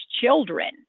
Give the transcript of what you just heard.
children